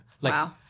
Wow